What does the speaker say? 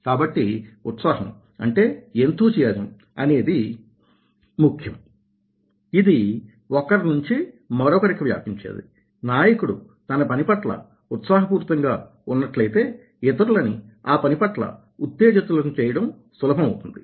కాబట్టి ఉత్సాహం అంటే ఎంథూజియాజం అనేది ముఖ్యంఇది ఒకరి నుంచి మరొకరికి వ్యాపించేది నాయకుడు తన పని పట్ల ఉత్సాహపూరితంగా ఉన్నట్లయితే ఇతరులని ఆ పని పట్ల ఉత్తేజితులను చేయడం సులభమవుతుంది